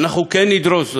אנחנו כן נדרוש זאת.